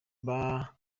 bakizwa